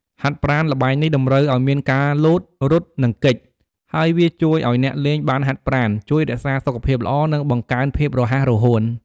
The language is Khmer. ហាត់ប្រាណល្បែងនេះតម្រូវឲ្យមានការលោត រត់ និងគេច ហើយវាជួយឲ្យអ្នកលេងបានហាត់ប្រាណ ជួយរក្សាសុខភាពល្អ និងបង្កើនភាពរហ័សរហួន។